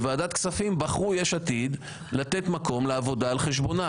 בוועדת כספים בחרו יש עתיד לתת מקום לעבודה על חשבונם.